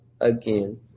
again